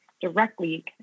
directly